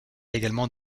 également